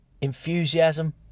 enthusiasm